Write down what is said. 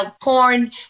porn